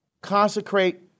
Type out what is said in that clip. Consecrate